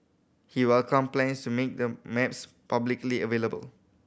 he welcomed plans to make the maps publicly available